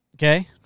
Okay